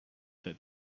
that